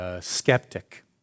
skeptic